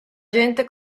gente